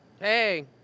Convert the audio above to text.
Hey